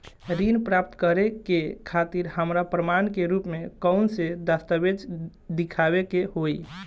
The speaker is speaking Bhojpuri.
ऋण प्राप्त करे के खातिर हमरा प्रमाण के रूप में कउन से दस्तावेज़ दिखावे के होइ?